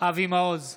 אבי מעוז,